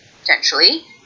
potentially